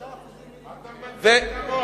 מה אתה מבלבל את המוח?